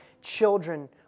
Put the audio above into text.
children